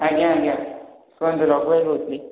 ଆଜ୍ଞା ଆଜ୍ଞା କୁହନ୍ତୁ ରଘୁ ଭାଇ କହୁଥିଲି